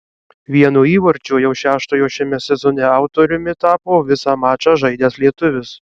vieno įvarčio jau šeštojo šiame sezone autoriumi tapo visą mačą žaidęs lietuvis